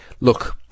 Look